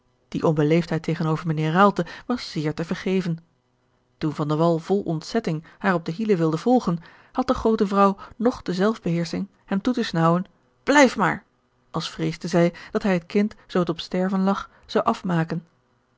die onbeleefdheid tegenover mijnheer raalte was zeer te vergeven toen van de wall vol ontzetting haar op de hielen wilde volgen had de groote vrouw nog de zelf beheersching hem toe te snaauwen blijf maar als vreesde zij dat hij het kind zoo het op sterven lag zou afmaken